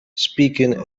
speaking